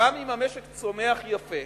שגם אם המשק צומח יפה